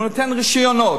אלא נותנים רשיונות.